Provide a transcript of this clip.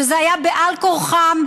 שזה היה בעל כורחן,